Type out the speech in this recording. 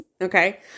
Okay